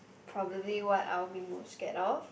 probably what I will be most scared of